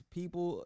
People